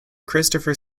christopher